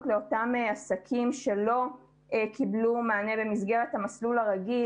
לאותם עסקים שלא קיבלו מענה במסגרת המסלול הרגיל.